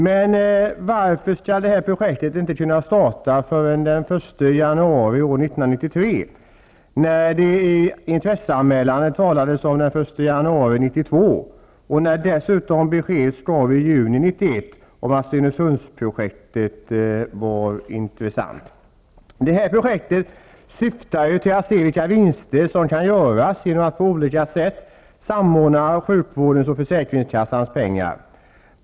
Men varför skulle inte det här projektet kunna starta förrän den 1 januari 1993, då det i intresseanmälan talades om den 1 januari 1992 och dessutom besked gavs i juni 1991 om att Stenungsundsprojektet var intressant? Det här projektet syftar till att se vilka vinster som kan göras genom att på olika sätt samordna sjukvårdens och försäkringskassans pengar.